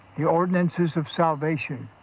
the ordinances of salvation,